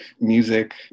music